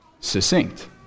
succinct